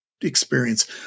experience